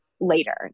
later